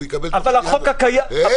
והוא יקבל תוך שנייה --- אבל החוק הקיים --- דקה,